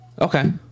Okay